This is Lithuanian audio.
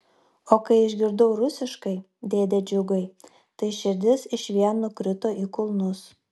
o kai išgirdau rusiškai dėde džiugai tai širdis išvien nukrito į kulnus